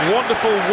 Wonderful